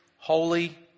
Holy